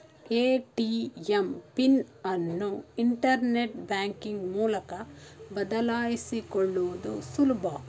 ATM pin ಅನ್ನು internet banking ಮೂಲಕ ಬದಲಾಯಿಸಿಕೊಳ್ಳುದು ಸುಲಭ